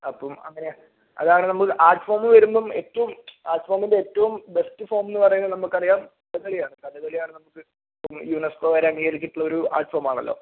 അപ്പം അങ്ങനെയാണ് അതാണ് നമ്മുടെ ആർട്ട് ഫോം വരുമ്പോൾ ഏറ്റവും ആർട്ട് ഫോമിന്റെ ഏറ്റവും ബെസ്റ്റ് ഫോമെന്നുപറയുന്നത് നമുക്കറിയാം കഥകളിയാണ് കഥകളിയാണ് നമുക്ക് ഇപ്പം യുനെസ്കോ വരെ അംഗീകരിച്ചിട്ടുള്ള ഒരു ആർട്ട് ഫോമാണല്ലൊ